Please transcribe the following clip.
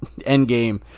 Endgame